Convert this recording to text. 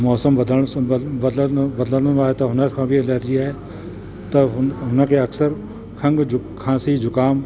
मौसम बद बदल बदिलंदो आहे त हुन खे बि एलर्जी आहे त हुन हुन खे अक़्सरि खंघि जु खासी ज़ुकामु